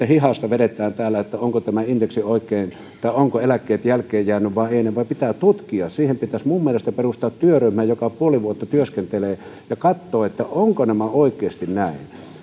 hihasta vedetään täällä että onko tämä indeksi oikein tai ovatko eläkkeet jääneet jälkeen vai eivät vaan ne pitää tutkia siihen pitäisi minun mielestäni perustaa työryhmä joka puoli vuotta työskentelee ja katsoa ovatko nämä oikeasti näin